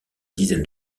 dizaines